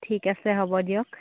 ঠিক আছে হ'ব দিয়ক